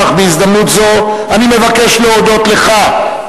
אך בהזדמנות זו אני מבקש להודות לך,